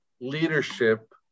leadership